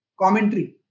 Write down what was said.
commentary